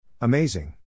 Amazing